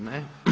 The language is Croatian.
Ne.